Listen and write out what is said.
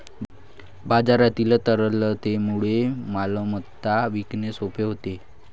बाजारातील तरलतेमुळे मालमत्ता विकणे सोपे होते